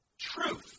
Truth